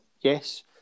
yes